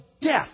death